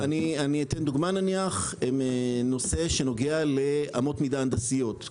נושא שנוגע לאמות מידה הנדסיות,